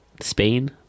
Spain